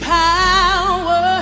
power